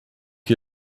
que